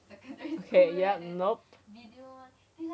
okay yup nope